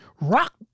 rock